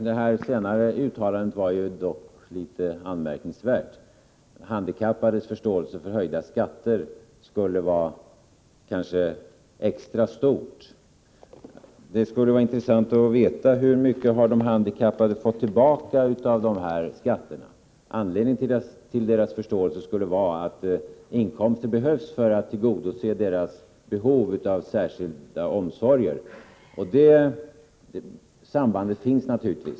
Herr talman! Det senare uttalandet var litet anmärkningsvärt; att handikappades förståelse för höjda skatter skulle vara extra stor. Det skulle vara intressant att veta hur mycket de handikappade har fått tillbaka av dessa skatter. Anledningen till deras förståelse skulle vara att inkomster behövs för att tillgodose deras behov av särskilda omsorger. Det sambandet finns naturligtvis.